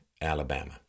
Alabama